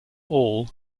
all